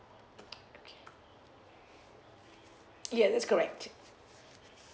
okay yes that's correct